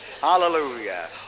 Hallelujah